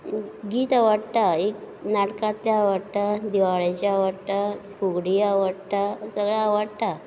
गीत आवाडटा एक नाटकातलें आवाडटा दिवाळेचें आवाडटा फुगडीय आवडटा सगळें आवाडटा